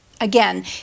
Again